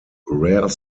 rare